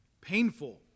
painful